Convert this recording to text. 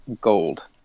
gold